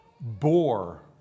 bore